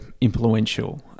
influential